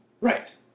Right